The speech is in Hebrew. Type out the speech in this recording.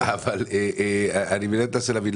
אני מנסה להבין.